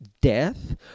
death